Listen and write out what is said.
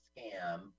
scam